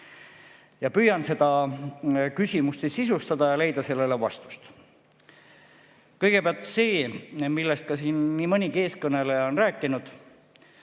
Püüan seda küsimust sisustada ja leida sellele vastust. Kõigepealt see, millest siin nii mõnigi eelkõneleja on rääkinud: